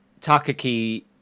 Takaki